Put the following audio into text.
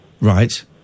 Right